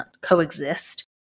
coexist